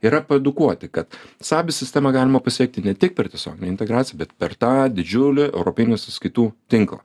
yra paedukuoti kad sabis sistemą galima pasiekti ne tik per tiesioginę integraciją bet per tą didžiulį europinių sąskaitų tinklą